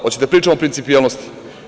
Hoćete li da pričamo o principijelnosti?